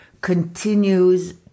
continues